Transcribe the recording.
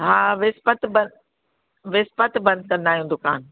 हा विस्पति बंदि विस्पति बंसि कंदा आहियूं दुकान